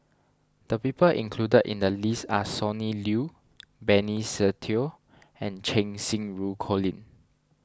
the people included in the list are Sonny Liew Benny Se Teo and Cheng Xinru Colin